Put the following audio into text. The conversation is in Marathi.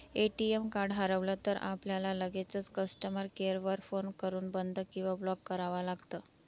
ए.टी.एम कार्ड हरवलं तर, आपल्याला लगेचच कस्टमर केअर वर फोन करून बंद किंवा ब्लॉक करावं लागतं